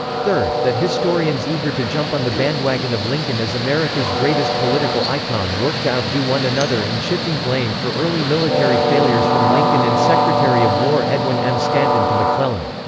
third, that historians eager to jump on the bandwagon of lincoln as america's greatest political icon worked to outdo one another in shifting blame for early military failures from lincoln and secretary of war edwin m. stanton to mcclellan.